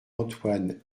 antoine